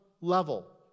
level